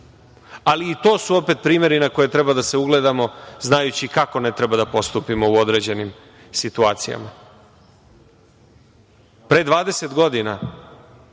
ali i to su opet primeri na koje treba da se ugledamo znajući kako ne treba da postupimo u određenim situacijama. Pre 20 godina,